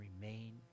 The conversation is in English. remain